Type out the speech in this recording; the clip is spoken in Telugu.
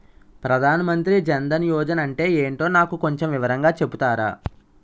ప్రధాన్ మంత్రి జన్ దన్ యోజన అంటే ఏంటో నాకు కొంచెం వివరంగా చెపుతారా?